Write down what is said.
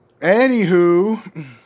Anywho